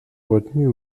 retenue